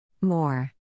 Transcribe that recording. More